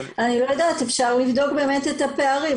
אני לא יודעת, אפשר לבדוק באמת את הפערים.